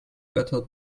better